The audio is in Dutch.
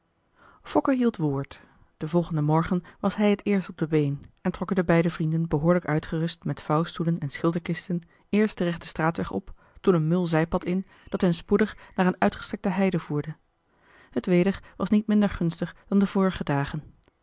fokke hield woord den volgenden morgen was hij het eerst op de been en trokken de beide vrienden behoorlijk uitgerust met vouwstoelen en schilderkisten eerst den rechten straatweg op toen een mul zijpad in dat hen spoedig naar een uitgestrekte heide voerde het weder was niet minder gunstig dan de vorige dagen